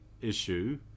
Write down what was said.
issue